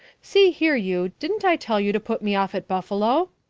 see here, you, didn't i tell you to put me off at buffalo?